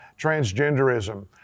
transgenderism